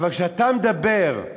אבל כשאתה מדבר על